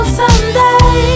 someday